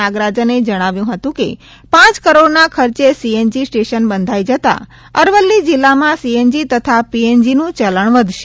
નાગરાજને જણાવ્યું હતું કે પાંચ કરોડના ખર્ચે સીએનજી સ્ટેશન બંધાઈ જતા અરવલ્લી જિલ્લામાં સીએનજી તથા પીએનજીનું ચલણ વધશે